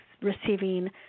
receiving